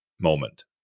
moment